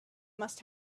must